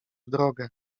drogę